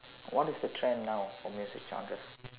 what is the trend now for music genres